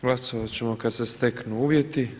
Glasovat ćemo kada se steknu uvjeti.